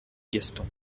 gaston